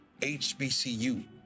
HBCU